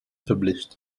published